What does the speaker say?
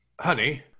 honey